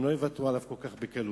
הם לא יוותרו עליו כל כך בקלות.